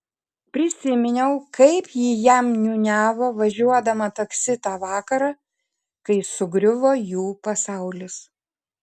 prisiminiau kaip ji jam niūniavo važiuodama taksi tą vakarą kai sugriuvo jų pasaulis